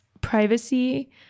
privacy